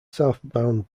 southbound